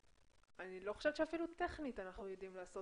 אני לא חושבת שאפילו טכנית אנחנו יודעים לעשות